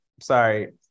sorry